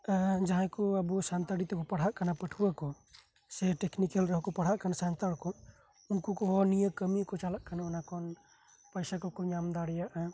ᱡᱟᱦᱟᱸᱭ ᱠᱚ ᱟᱵᱚ ᱥᱟᱱᱛᱟᱲᱤ ᱛᱮᱵᱚ ᱯᱟᱲᱦᱟᱜ ᱠᱟᱱᱟ ᱯᱟᱹᱴᱷᱣᱟᱹ ᱠᱚ ᱥᱮ ᱴᱮᱠᱱᱤᱠᱮᱞ ᱨᱮᱦᱚᱸᱠᱚ ᱯᱟᱧᱦᱟᱜ ᱠᱟᱱᱟ ᱥᱟᱱᱛᱟᱲ ᱠᱚ ᱩᱱᱠᱩ ᱠᱚᱦᱚᱸ ᱱᱤᱭᱟᱹ ᱠᱟᱹᱢᱤ ᱪᱟᱞᱟᱜ ᱠᱟᱱ ᱱᱤᱭᱟᱹ ᱠᱷᱚᱱ ᱯᱚᱭᱥᱟ ᱠᱚᱠᱚ ᱧᱟᱢ ᱫᱟᱲᱮᱭᱟᱜᱼᱟ